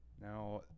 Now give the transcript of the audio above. Now